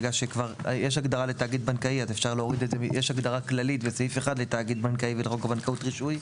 בגלל שיש כבר הגדרה כללית בסעיף 1 לתאגיד בנקאי בחוק הבנקאות (רישוי),